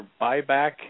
buyback